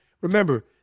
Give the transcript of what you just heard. Remember